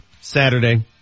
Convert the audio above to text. Saturday